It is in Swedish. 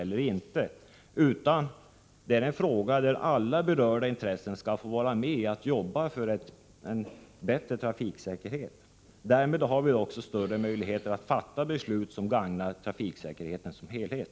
Vad det gäller är att se till att alla berörda intressenter skall få tillfälle att delta i arbetet för en bättre trafiksäkerhet. Därmed har vi också större möjligheter att fatta beslut som gagnar trafiksäkerheten i dess helhet.